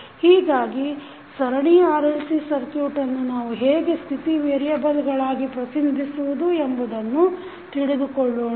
ಹೀಗಾಗಿ ಸರಣಿ RLC ಸರ್ಕ್ಯುಟನ್ನು ನಾವು ಹೇಗೆ ಸ್ಥಿತಿ ವೇರಿಯೆಬಲ್ಗಳಾಗಿ ಹೇಗೆ ಪ್ರತಿನಿಧಿಸುವುದು ಎಂಬುದನ್ನು ತಿಳಿದುಕೊಳ್ಳೋಣ